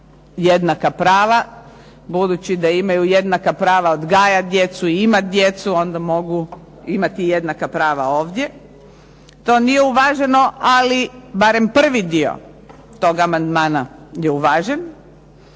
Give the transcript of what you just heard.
jednaka prava budući da imaju jednaka prava odgajati djecu i imati djecu, onda mogu imati i jednaka prava ovdje. To nije uvaženo, ali barem prvi dio tog amandmana je uvažen.